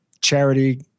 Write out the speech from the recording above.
charity